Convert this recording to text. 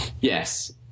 Yes